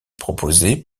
proposé